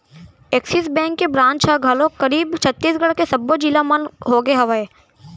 Axis bank के branch ह घलोक करीब छत्तीसगढ़ के सब्बो जिला मन होगे हवय